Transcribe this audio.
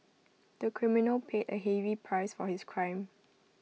the criminal paid A heavy price for his crime